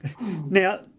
Now